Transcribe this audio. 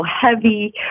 heavy